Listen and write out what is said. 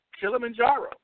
Kilimanjaro